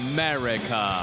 America